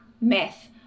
myth